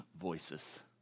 voices